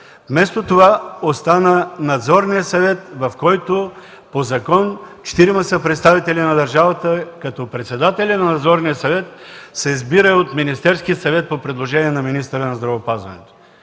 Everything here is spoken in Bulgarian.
Вместо това, остана Надзорният съвет, в който по закон четирима са представители на държавата, като председателят на Надзорния съвет се избира от Министерския съвет по предложение на министъра на здравеопазването.